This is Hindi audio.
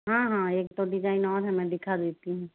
हाँ हाँ एक दो डिजाइन और है मैं दिखा देती हूँ